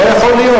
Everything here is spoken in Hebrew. לא יכול להיות,